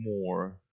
more